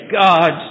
God